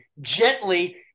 gently